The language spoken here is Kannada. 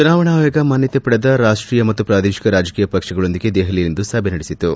ಚುನಾವಣಾ ಆಯೋಗ ಮಾನ್ಯತೆ ಪಡೆದ ರಾಷ್ಟೀಯ ಮತ್ತು ಪೂದೇಶಿಕ ರಾಜಕೀಯ ಪಕ್ಷಗಳೊಂದಿಗೆ ದೆಹಲಿಯಲ್ಲಿಂದು ಸಭೆ ನಡೆಸಿತು